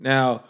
Now